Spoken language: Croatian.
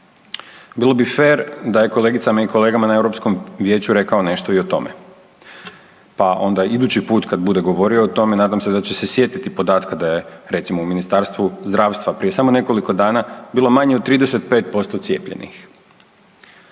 Bilo bi fer da je kolegicama i kolegama na Europskom vijeću rekao nešto i o tome, pa onda idući put kada bude govorio o tome nadam se da će se sjetiti podatka da je recimo u Ministarstvu zdravstva prije samo nekoliko dana bilo manje od 35% cijepljenih.